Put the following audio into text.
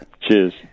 Cheers